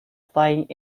flying